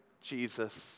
Jesus